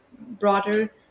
broader